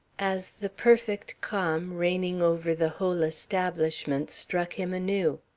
as the perfect calm reigning over the whole establishment struck him anew.